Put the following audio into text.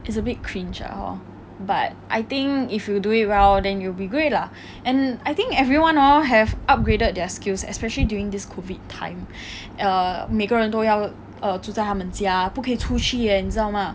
it's a bit cringe lah hor but I think if you do it well then you will be great lah and I think everyone hor have upgraded their skills especially during this COVID time err 每个人都要 err 住在他们家不可以出去 leh 你知道吗